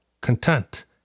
content